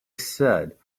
said